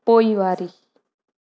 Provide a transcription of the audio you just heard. पोइवारी